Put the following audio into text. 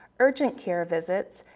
urgent care visits,